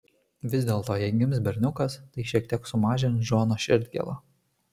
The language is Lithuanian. vis dėlto jei gims berniukas tai šiek tiek sumažins džono širdgėlą